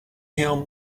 him